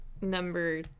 number